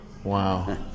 Wow